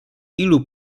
ilu